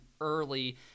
early